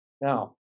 Now